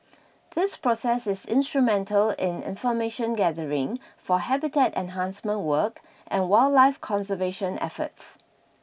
this process is instrumental in information gathering for habitat enhancement work and wildlife conservation efforts